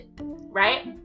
right